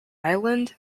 island